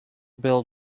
bill